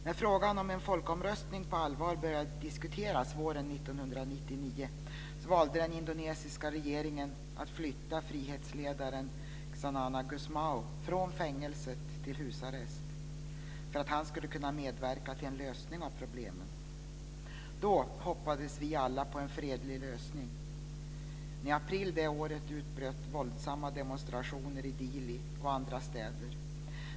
När frågan om en folkomröstning på allvar började diskuteras våren 1999 valde den indonesiska regeringen att flytta frihetsledaren Xanana Gusmao från fängelset till husarrest för att han skulle kunna medverka till en lösning av problemen. Då hoppades vi alla på en fredlig lösning, men i april det året utbröt våldsamma demonstrationer i Dili och andra städer.